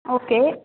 okay